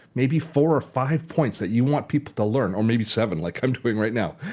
maybe four or five points that you want people to learn, or maybe seven like i'm doing right now,